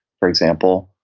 for example,